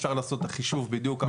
אפשר לעשות את החישוב בדיוק.